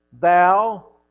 thou